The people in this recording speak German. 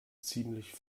ziemlich